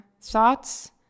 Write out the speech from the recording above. thoughts